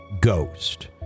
ghost